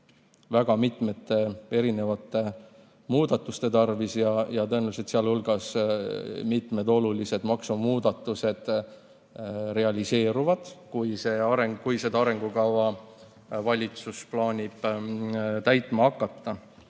väga mitmete muudatuste tarvis ja tõenäoliselt sh mitmed olulised maksumuudatused realiseeruvad, kui seda arengukava valitsus plaanib täitma hakata.